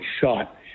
shot